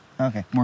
Okay